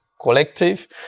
Collective